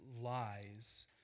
lies